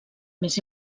més